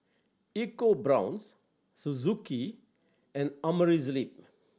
EcoBrown's Suzuki and Amerisleep